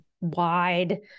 wide